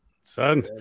Son